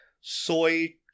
soy